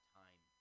time